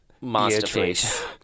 masterpiece